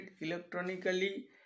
electronically